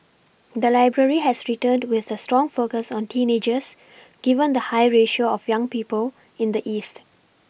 the library has returned with a strong focus on teenagers given the high ratio of young people in the east